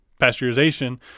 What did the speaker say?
pasteurization